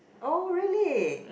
oh really